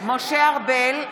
משה ארבל,